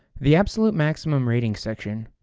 the absolute maximum rating section,